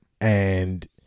And-